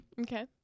Okay